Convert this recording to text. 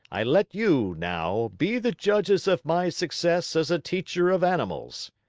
i let you, now, be the judges of my success as a teacher of animals.